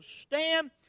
stand